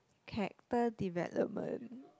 character development